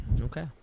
Okay